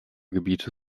gebiete